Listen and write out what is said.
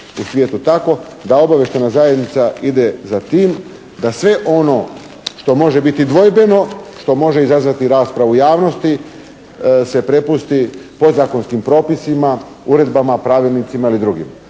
u svijetu tako, da obavještajna zajednica ide za tim da sve ono što može biti dvojbeno, što može izazvati raspravu u javnosti se prepusti podzakonskim propisima, uredbama, pravilnicima ili drugim.